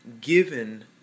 given